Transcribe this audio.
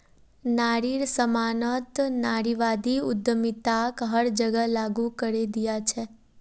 नारिर सम्मानत नारीवादी उद्यमिताक हर जगह लागू करे दिया छेक